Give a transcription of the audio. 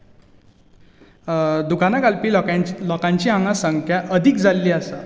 दुकांना घालपी लोकांची हांगा संख्या अदीक जाल्ली आसा